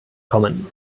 kommen